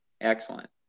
Excellent